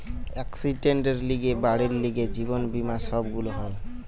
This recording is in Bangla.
একসিডেন্টের লিগে, বাড়ির লিগে, জীবন বীমা সব গুলা হয়